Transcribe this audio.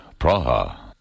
Praha